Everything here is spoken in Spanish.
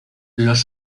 los